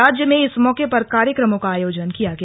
राज्य में इस मौके पर कार्यक्रमों का आयोजन किया गया